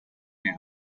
you